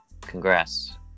Congrats